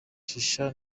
shisha